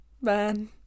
man